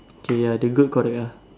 okay ya the goat correct ah